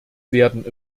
werden